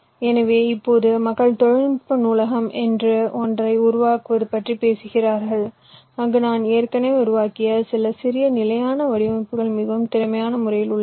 எனவே இப்போது மக்கள் தொழில்நுட்ப நூலகம் என்று ஒன்றை உருவாக்குவது பற்றி பேசுகிறார்கள் அங்கு நான் ஏற்கனவே உருவாக்கிய சில சிறிய நிலையான வடிவமைப்புகள் மிகவும் திறமையான முறையில் உள்ளன